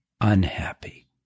unhappy